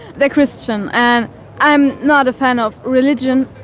they're christian and i'm not a fan of religion.